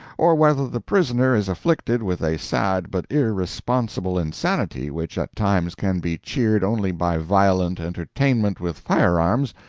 or whether the prisoner is afflicted with a sad but irresponsible insanity which at times can be cheered only by violent entertainment with firearms,